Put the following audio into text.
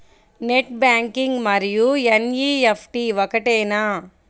Net banking మరియు NEFT ఒకటేనా?